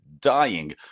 dying